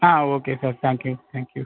ah okay sir thank you thank you